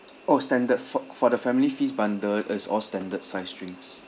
oh standard for for the family feast bundle is all standard size drinks